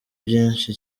byinshi